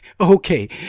Okay